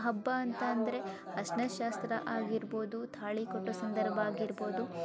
ಹಬ್ಬ ಅಂತ ಅಂದ್ರೆ ಅರ್ಶ್ನದ ಶಾಸ್ತ್ರ ಆಗಿರ್ಬೋದು ತಾಳಿ ಕಟ್ಟೋ ಸಂದರ್ಭ ಆಗಿರ್ಬೋದು